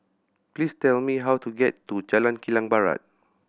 please tell me how to get to Jalan Kilang Barat